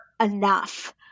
enough